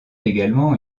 également